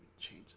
change